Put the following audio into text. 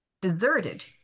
deserted